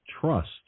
trust